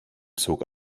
zog